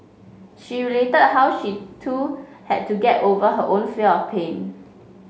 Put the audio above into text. she related how she too had to get over her own fear of pain